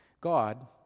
God